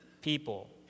people